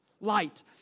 light